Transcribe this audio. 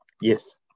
Yes